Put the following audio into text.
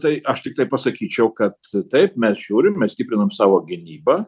tai aš tiktai pasakyčiau kad taip mes žiūrim mes stiprinam savo gynybą